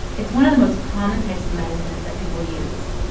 it's one of the most common types of medicines that people use.